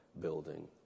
Building